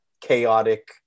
chaotic